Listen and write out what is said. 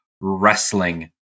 wrestling